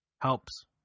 helps